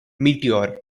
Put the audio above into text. meteor